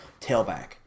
tailback